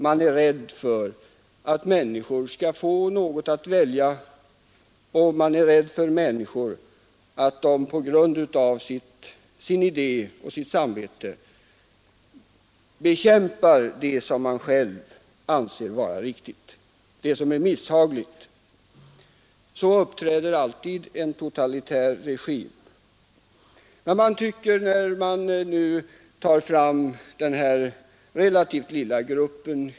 Man är rädd för att människorna skall välja något annat system, och man är rädd för att de på grund av sin idé och sitt samvete skall bekämpa det som är misshagligt för de makthavande. Så uppträder alltid en totalitär regim. Varför är man då i Sovjet så rädd för denna relativt lilla grupp?